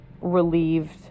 relieved